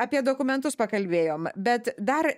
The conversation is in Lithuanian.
apie dokumentus pakalbėjom bet dar